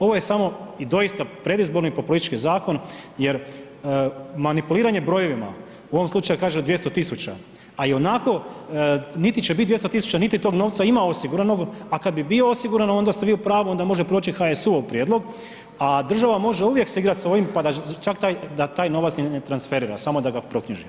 Ovo je samo i doista predizborni populistički zakon jer manipuliranje brojevima, u ovom slučaju kažu 200 000 a i onako niti će biti 200 000 niti tog novca ima osiguranog a kad bi bio osiguran, onda ste vi u pravu, onda može proći HSU-ov prijedlog, a država može uvijek se igrat s ovim pa da čak taj novac ni ne transferira, samo da ga proknjiži.